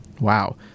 Wow